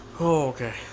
Okay